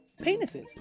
Penises